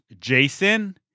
Jason